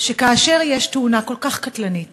שכאשר יש תאונה כל כך קטלנית